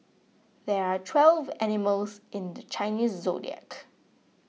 there are twelve animals in the Chinese zodiac